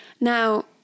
Now